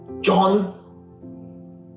John